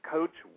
Coach